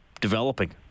developing